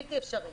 בלתי אפשרי.